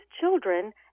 children